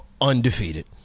undefeated